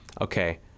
okay